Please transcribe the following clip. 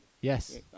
Yes